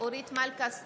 אורית מלכה סטרוק,